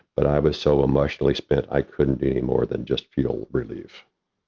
but i was so emotionally spent i couldn't do any more than just feel relief.